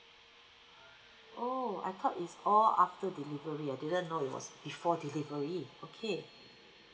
oh I thought is all after delivery I didn't know it was before delivery okay